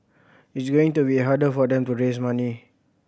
it's going to be harder for them to raise money